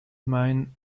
mine